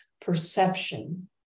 perception